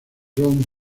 john